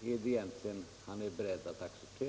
han egentligen är beredd att acceptera?